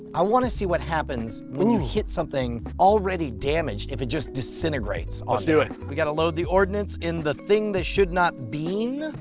i want to see what happens when you hit something already damaged if it just disintegrates on there? let's do it. we've got to load the ordinance in the thing that should not bean?